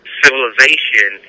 civilization